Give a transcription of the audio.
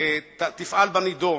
תפעל בנדון.